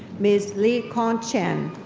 ms. lee-kon chen.